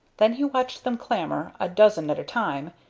then he watched them clamber, a dozen at a time,